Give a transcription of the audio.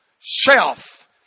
self